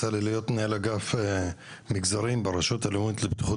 באחד התפקידים שלי יצא לי להיות מנהל אגף מגזרים ברשות הלאומית לבטיחות